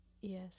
Yes